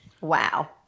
Wow